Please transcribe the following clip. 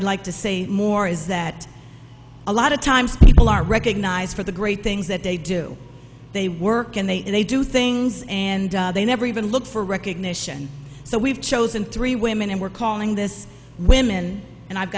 i'd like to say more is that a lot of times people are recognized for the great things that they do they work and they and they do things and they never even look for recognition so we've chosen three women and we're calling this women and i've